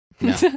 No